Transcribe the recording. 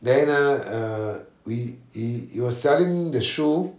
then ah uh we he he was selling the shoe